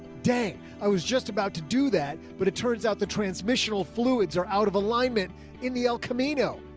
dang. i was just about to do that. but turns out the transmissional fluids are out of alignment in the el camino.